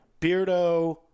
beardo